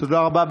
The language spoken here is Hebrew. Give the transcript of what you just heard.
תודה רבה.